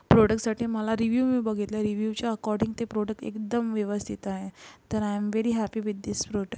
प्रोडकसाठी मला रिव्यू मी बघितलं रिव्यूच्या अकॉर्डिंग ते प्रोडक्ट एकदम व्यवस्थित आहे तर I am very happy with this product